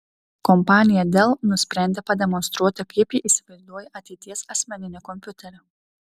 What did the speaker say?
kompanija dell nusprendė pademonstruoti kaip ji įsivaizduoja ateities asmeninį kompiuterį